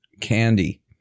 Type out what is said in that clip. candy